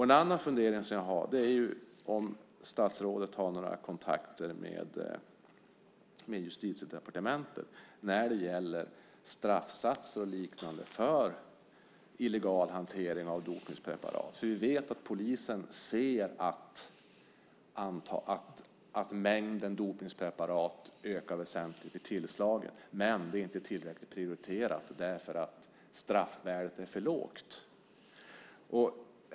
En annan fundering som jag har är om statsrådet har några kontakter med Justitiedepartementet när det gäller straffsatser och liknande för illegal hantering av dopningspreparat. Vi vet att polisen ser att mängden dopningspreparat ökar väsentligt i tillslagen, men det är inte tillräckligt prioriterat därför att straffvärdet är för lågt.